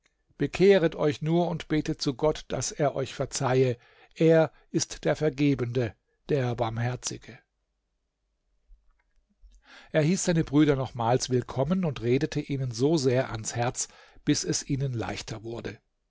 bekehret euch nur und betet zu gott daß er euch verzeihe er ist der vergebende der barmherzige er heiß seine brüder nochmals willkommen und redete ihnen so sehr ans herz bis es ihnen leichter wurde